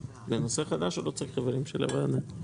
שאם אני פספסתי את זה כשזה נשלח אליי,